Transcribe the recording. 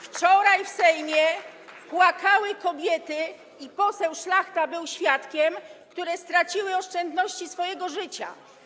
Wczoraj w Sejmie płakały kobiety - poseł Szlachta był świadkiem - które straciły oszczędności swojego życia.